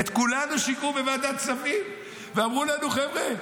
את כולנו שיקרו בוועדת כספים ואמרו לנו: חבר'ה,